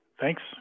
Thanks